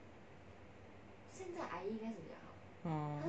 oh